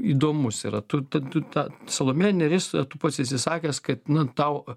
įdomus yra tu tą tu tą salomėja nėris tu pats esi sakęs kad nu tau